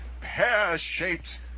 pear-shaped